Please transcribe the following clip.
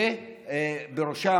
ובראשם,